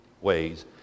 ways